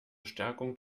stärkung